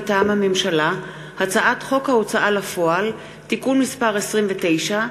מטעם הממשלה: הצעת חוק ההוצאה לפועל (תיקון מס' 29)